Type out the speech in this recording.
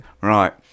Right